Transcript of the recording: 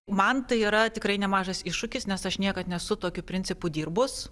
man tai yra tikrai nemažas iššūkis nes aš niekad nesu tokiu principu dirbus